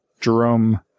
Jerome